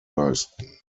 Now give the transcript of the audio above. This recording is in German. leisten